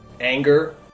anger